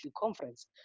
conference